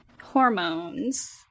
Hormones